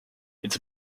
its